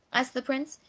asked the prince,